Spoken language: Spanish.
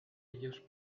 ellos